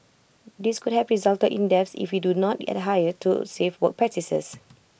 these could have resulted in deaths if we do not adhere to safe work practices